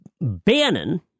Bannon